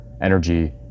energy